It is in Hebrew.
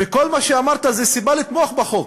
וכל מה שאמרת, זו סיבה לתמוך בחוק.